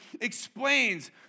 explains